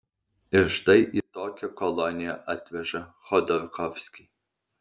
ir štai į tokią koloniją atveža chodorkovskį